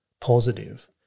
positive